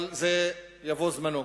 אבל לזה יבוא זמנו.